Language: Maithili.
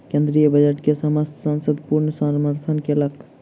केंद्रीय बजट के समस्त संसद पूर्ण समर्थन केलक